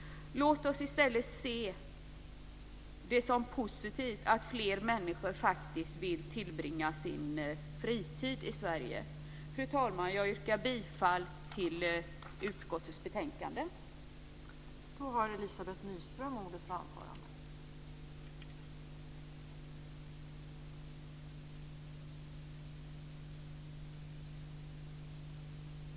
Låt oss i stället se det som positivt att fler människor vill tillbringa sin fritid i Sverige! Fru talman! Jag yrkar bifall till utskottets hemställan i betänkandet.